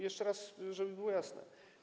Jeszcze raz, żeby było jasne.